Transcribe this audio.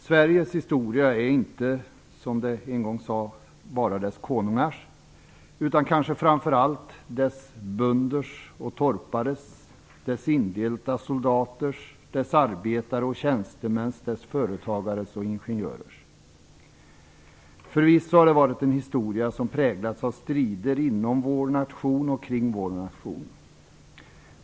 Sveriges historia är inte, som en gång sades, bara dess konungars utan framför allt dess bönders och torpares, dess indelta soldaters, dess arbetares och tjänstemäns, dess företagares och ingenjörers. Förvisso har historien präglats av strider inom och kring vår nation.